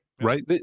Right